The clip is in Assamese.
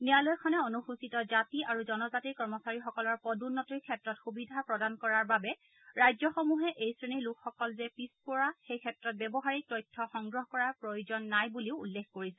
ন্যায়ালয়খনে অনুসূচিত জাতি আৰু জনজাতি কৰ্মচাৰীসকলৰ পদোন্নতিৰ ক্ষেত্ৰত সুবিধা প্ৰদান কৰাৰ বাবে ৰাজ্যসমূহে এই শ্ৰেণীৰ লোকসকল যে পিছপৰা সেই ক্ষেত্ৰত ব্যৱহাৰিক তথ্য সংগ্ৰহ কৰাৰ প্ৰয়োজন নাই বুলিও উল্লেখ কৰিছে